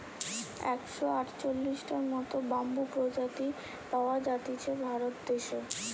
একশ আটচল্লিশটার মত বাম্বুর প্রজাতি পাওয়া জাতিছে ভারত দেশে